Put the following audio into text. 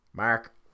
Mark